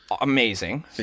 amazing